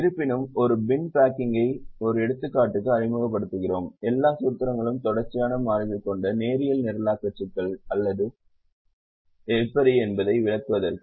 இருப்பினும் ஒரு பின் பேக்கிங்கை ஒரு எடுத்துக்காட்டுக்கு அறிமுகப்படுத்துகிறோம் எல்லா சூத்திரங்களும் தொடர்ச்சியான மாறிகள் கொண்ட நேரியல் நிரலாக்க சிக்கல்கள் அல்ல என்பதை விளக்குவதற்கு